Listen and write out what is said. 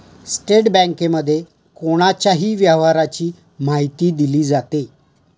bank स्टेटमेंटमध्ये कोणाच्याही व्यवहाराची माहिती दिली जाते